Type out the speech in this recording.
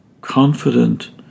confident